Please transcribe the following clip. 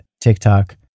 TikTok